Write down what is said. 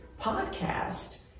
podcast